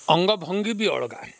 ଅଙ୍ଗ ଭଙ୍ଗୀ ବି ଅଲଗା ଏ